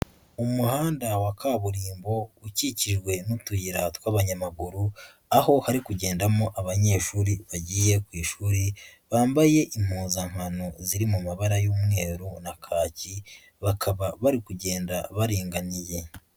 Umuhanda wa kaburimbo ukikijwe n'utuyira tw'abanyamaguru aho hari kugendamo abanyeshuri bagiye ku ishuri bambaye impuzankano ziri mu mabara y'umweru na kaki, bakaba bari kugenda baringaniye.